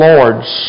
Lord's